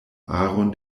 aron